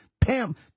pimp